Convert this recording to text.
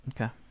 Okay